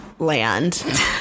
land